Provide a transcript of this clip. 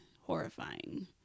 horrifying